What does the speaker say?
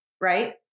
right